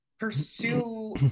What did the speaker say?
pursue